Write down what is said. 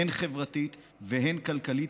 הן חברתית והן כלכלית,